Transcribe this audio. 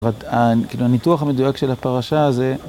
רק ה... כאילו, הניתוח המדויק של הפרשה זה